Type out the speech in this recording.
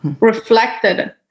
reflected